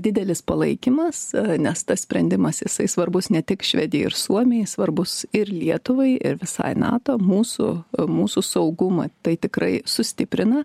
didelis palaikymas nes tas sprendimas jisai svarbus ne tik švedijai ir suomijai svarbus ir lietuvai ir visai nato mūsų mūsų saugumą tai tikrai sustiprina